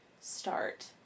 start